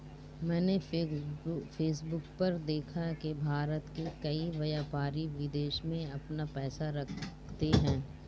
मैंने फेसबुक पर देखा की भारत के कई व्यापारी विदेश में अपना पैसा रखते हैं